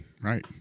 right